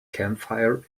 campfire